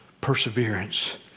perseverance